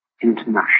international